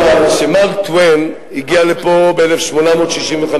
שמארק טוויין הגיע לפה ב-1865,